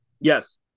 Yes